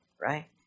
Right